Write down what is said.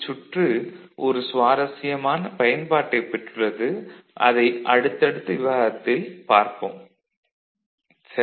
இச்சுற்று ஒரு சுவாரஸ்யமான பயன்பாட்டைப் பெற்றுள்ளது - அதை அடுத்தடுத்த விவாதத்தில் பார்ப்போம் சரி